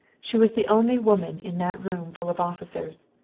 she was the only woman in that room full of officers.